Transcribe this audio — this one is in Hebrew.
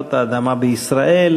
הנושא הוא: